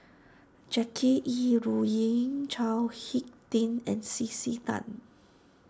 Jackie Yi Ru Ying Chao Hick Tin and C C Tan